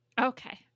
okay